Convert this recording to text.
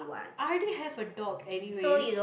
I already have a dog anyways